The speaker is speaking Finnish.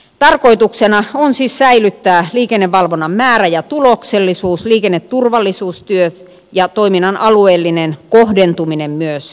tarkoituksena on siis säilyttää myös liikennevalvonnan määrä ja tuloksellisuus liikenneturvallisuustyö ja toiminnan alueellinen kohdentuminen ennallaan